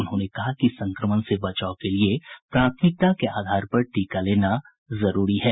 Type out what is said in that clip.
उन्होंने कहा कि संक्रमण से बचाव के लिए प्राथमिकता के आधार पर टीका लेना जरूरी है